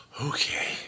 Okay